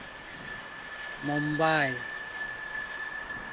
Mumbai